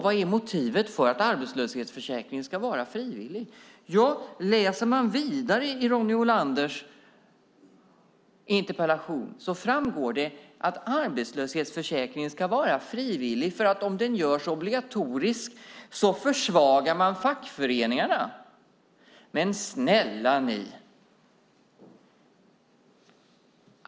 Vad är motivet för att arbetslöshetsförsäkringen ska vara frivillig? Om man läser vidare i Ronny Olanders interpellation framgår det att arbetslöshetsförsäkringen ska vara frivillig därför att om den görs obligatorisk försvagar man fackföreningarna. Men snälla ni!